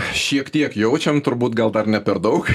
šiek tiek jaučiam turbūt gal dar ne per daug